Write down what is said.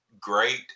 great